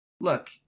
Look